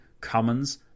commons